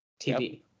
TV